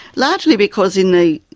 largely because in the,